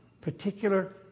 particular